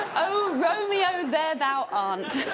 oh romeo there thou aren't